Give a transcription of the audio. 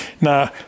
Now